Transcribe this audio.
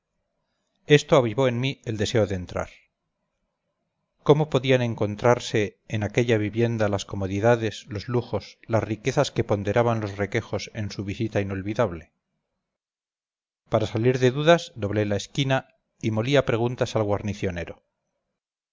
esto avivó en mí el deseo de entrar cómo podían encontrarse en aquella vivienda las comodidades los lujos las riquezas que ponderaban los requejos en su visita inolvidable para salir de dudas doblé la esquina y molí a preguntas al guarnicionero